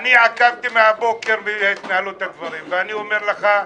אני עקבתי מהבוקר אחרי התנהלות הדברים ואני אומר לך,